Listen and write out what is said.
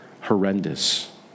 horrendous